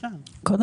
כן.